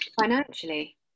financially